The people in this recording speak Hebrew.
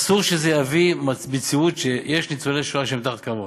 אסור שזה יביא מציאות שיש ניצולי שואה שהם מתחת לקו העוני.